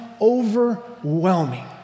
overwhelming